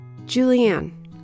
Julianne